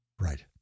right